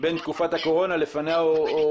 בין תקופת הקורונה, תקופת הקורונה ולפני הקורונה.